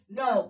no